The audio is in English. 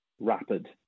rapid